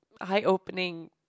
eye-opening